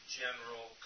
general